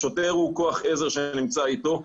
השוטר הוא כוח עזר שנמצא איתו.